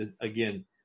again